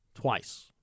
twice